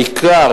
בעיקר,